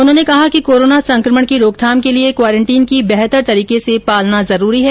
उन्होंने कहा कि कोरोना संकमण की रोकथाम के लिए क्वारेंटीन की बेहतर तरीके से पालना जरूरी है